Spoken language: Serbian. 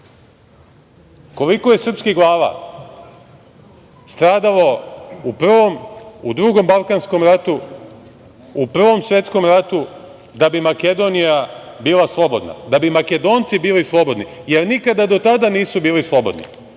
Koliko je srpskih glava stradalo u Prvom, u Drugom balkanskom ratu, u Prvom svetskom ratu da bi Makedonija bila slobodna? Da bi Makedonci bili slobodni, jer nikada do tada nisu bili slobodni,